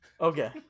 Okay